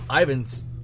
Ivan's